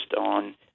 on